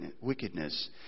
wickedness